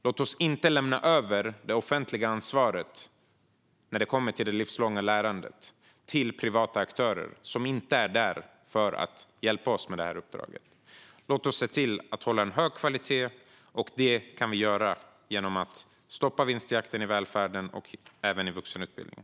Låt oss inte lämna över det offentliga ansvaret när det gäller det livslånga lärandet till privata aktörer som inte är där för att hjälpa oss med detta uppdrag. Låt oss se till att hålla en hög kvalitet. Det kan vi göra genom att stoppa vinstjakten i välfärden och i vuxenutbildningen.